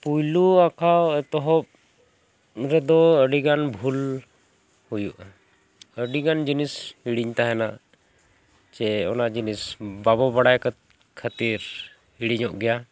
ᱯᱳᱭᱞᱳ ᱟᱸᱠᱟᱣ ᱮᱛᱚᱦᱚᱵ ᱨᱮᱫᱚ ᱟᱹᱰᱤ ᱜᱟᱱ ᱵᱷᱩᱞ ᱦᱩᱭᱩᱜᱼᱟ ᱟᱹᱰᱤ ᱜᱟᱱ ᱡᱤᱱᱤᱥ ᱦᱤᱲᱤᱧ ᱛᱟᱦᱮᱱᱟ ᱥᱮ ᱚᱱᱟ ᱡᱤᱱᱤᱥ ᱵᱟᱵᱚᱱ ᱵᱟᱲᱟᱭ ᱠᱷᱟᱹᱛᱤᱨ ᱦᱤᱲᱤᱧᱚᱜ ᱜᱮᱭᱟ